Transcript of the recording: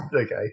Okay